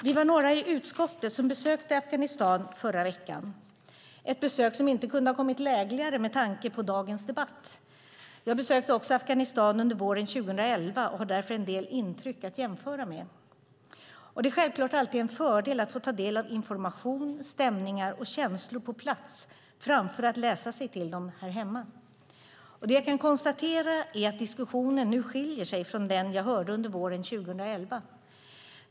Vi var några i utskottet som besökte Afghanistan i förra veckan, ett besök som inte kunde ha kommit lägligare med tanke på dagens debatt. Jag besökte också Afghanistan under våren 2011 och har därför en del intryck att jämföra med. Det är självklart alltid en fördel att få ta del av information, stämningar och känslor på plats framför att läsa sig till dem här hemma. Det jag kan konstatera är att diskussionen nu skiljer sig från den jag hörde under våren 2011.